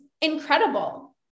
incredible